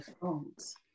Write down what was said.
phones